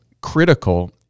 critical